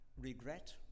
regret